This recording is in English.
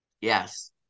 Yes